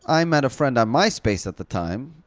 i met a friend on myspace at the time,